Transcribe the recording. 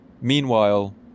Meanwhile